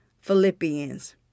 Philippians